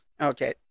Okay